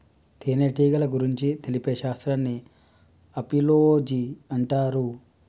తేనెటీగల గురించి తెలిపే శాస్త్రాన్ని ఆపిలోజి అంటారు